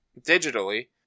digitally